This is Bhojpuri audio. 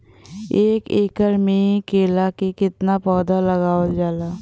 एक एकड़ में केला के कितना पौधा लगावल जाला?